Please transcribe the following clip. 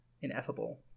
Ineffable